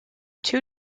two